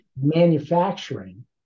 manufacturing